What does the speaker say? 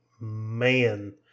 man